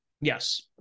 Yes